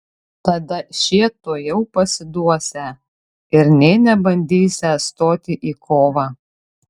tada šie tuojau pasiduosią ir nė nebandysią stoti į kovą